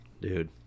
dude